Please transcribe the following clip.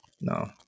No